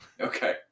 okay